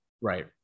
Right